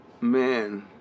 Man